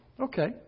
Okay